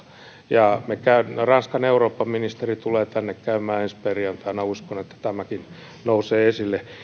ja ranskan eurooppaministeri tulee tänne käymään ensi perjantaina ja uskon että tämäkin nousee esille